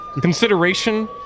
consideration